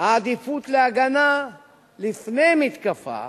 העדיפות להגנה לפני מתקפה,